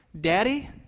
Daddy